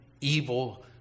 evil